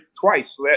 twice